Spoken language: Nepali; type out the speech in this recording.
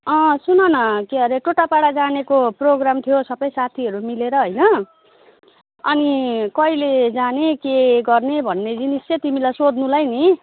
अँ सुन न के अरे टोटोपाडा जानेको प्रोग्राम थियो सबै साथीहरू मिलेर होइन अनि कहिले जाने के गर्ने भन्ने जिनिस चाहिँ तिमीलाई सोध्नुलाई नि